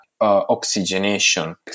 oxygenation